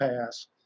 pass